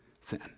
sin